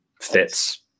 fits